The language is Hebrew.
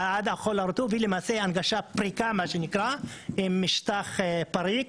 עד החול הרטוב, ההנגשה היא פריקה, עם משטח פריק,